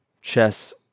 chess